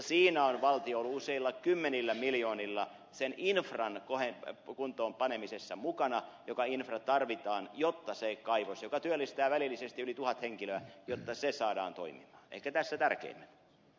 siinä on valtio ollut useilla kymmenillä miljoonilla sen infran kuntoonpanemisessa mukana mikä infra tarvitaan jotta se kaivos joka työllistää välillisesti yli tuhat henkilöä saadaan toimimaan